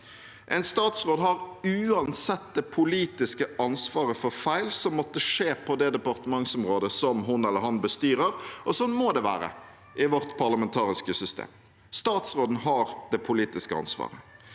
En statsråd har uansett det politiske ansvaret for feil som måtte skje på det departementsområdet hun eller han bestyrer. Sånn må det være i vårt parlamentariske system. Statsråden har det politiske ansvaret.